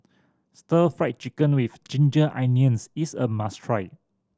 Stir Fried Chicken With Ginger Onions is a must try